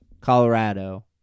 Colorado